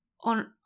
on